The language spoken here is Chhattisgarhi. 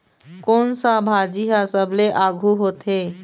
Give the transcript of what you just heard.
कोन सा भाजी हा सबले आघु होथे?